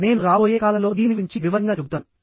నేను రాబోయే కాలంలో దీని గురించి వివరంగా చెబుతాను